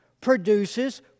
produces